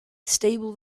stable